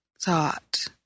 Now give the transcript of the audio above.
thought